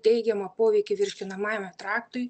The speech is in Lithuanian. teigiamą poveikį virškinamajam traktui